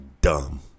dumb